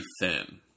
thin